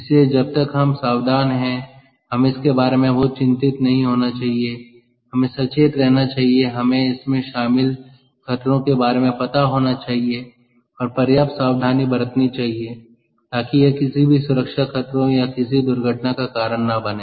इसलिए जब तक हम सावधान हैं हमें इसके बारे में बहुत चिंतित नहीं होना चाहिए हमें सचेत रहना चाहिए हमें इसमें शामिल खतरों के बारे में पता होना चाहिए और पर्याप्त सावधानी बरतनी चाहिए ताकि यह किसी भी सुरक्षा खतरों या किसी दुर्घटना का कारण न बने